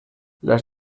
las